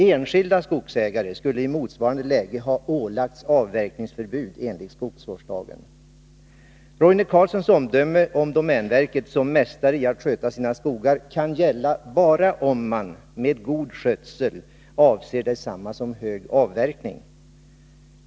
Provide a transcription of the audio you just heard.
Enskilda skogsägare skulle i motsvarande läge ha ålagts avverkningsförbud enligt skogsvårdslagen. Roine Carlssons omdöme om domänverket som mästare i att sköta sina skogar kan gälla bara om man med god skötsel avser detsamma som hög avverkning.